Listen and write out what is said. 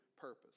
purpose